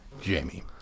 Jamie